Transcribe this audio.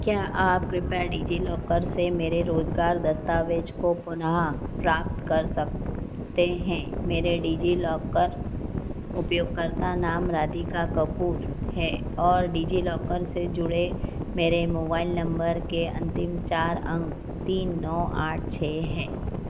क्या आप कृपया डिज़िलॉकर से मेरे रोज़गार दस्तावेज़ को पुनः प्राप्त कर सकते हैं मेरे डिज़िलॉकर उपयोगकर्ता नाम राधिका कपूर है और डिज़िलॉकर से जुड़े मेरे मोबाइल नम्बर के अन्तिम चार अंक तीन नौ आठ छह हैं